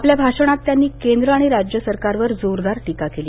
आपल्या भाषणात त्यांनी केंद्र आणि राज्य सरकारवर जोरदार टीका केली